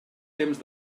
temps